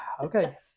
Okay